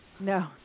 No